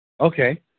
Okay